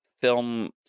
film